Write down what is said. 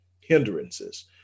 hindrances